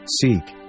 Seek